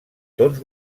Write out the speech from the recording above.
tons